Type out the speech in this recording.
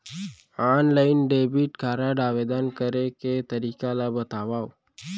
Online debit card आवेदन करे के तरीका ल बतावव?